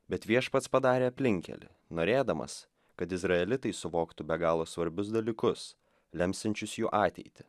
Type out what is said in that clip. bet viešpats padarė aplinkkelį norėdamas kad izraelitai suvoktų be galo svarbius dalykus lemsiančius jų ateitį